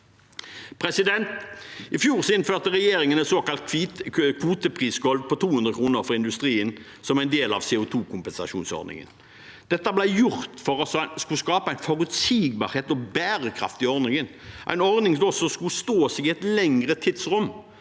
vår støtte. I fjor innførte regjeringen et såkalt kvoteprisgulv for industrien på 200 kr som en del av CO2-kompensasjonsordningen. Dette ble gjort for å skape forutsigbarhet og en bærekraftig ordning, en ordning som da skulle stå seg i et lengre tidsrom.